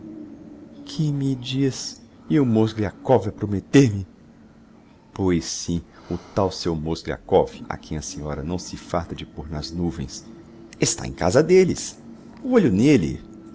que me diz e o mozgliakov a prometter me pois sim o tal seu mozgliakov a quem a senhora não se farta de pôr nas nuvens está em casa delles olho n'elle